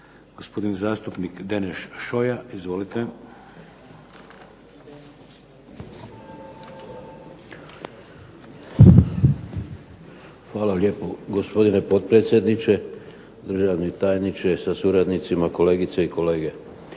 Hvala lijepo gospodine potpredsjedniče, državni tajniče sa suradnicima, kolegice i kolege.